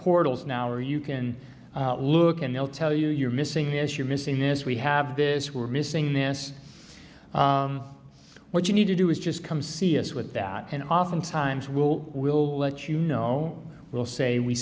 portals now or you can look and they'll tell you you're missing the as you're missing this we have this we're missing this what you need to do is just come see us with that and often times we'll we'll let you know we'll say we